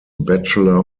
bachelor